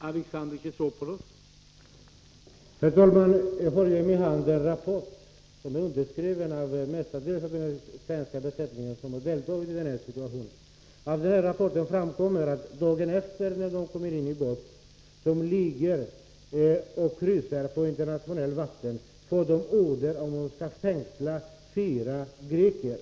Herr talman! Jag har i min hand en rapport som är underskriven av de flesta i den svenska besättningen. Av rapporten framgår att dagen efter att de gått ombord på ett fartyg som ligger och kryssar på internationellt vatten får de order om att fängsla fyra greker.